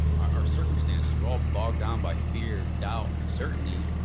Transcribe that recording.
our circumstances are all bogged down by fear, doubt, uncertainty,